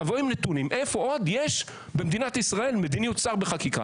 תבואו עם נתונים איפה עוד יש במדינת ישראל מדיניות שר בחקיקה.